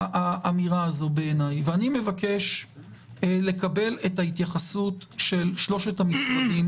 אני מבקש לקבל את ההתייחסות של שלושת המשרדים